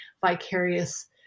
vicarious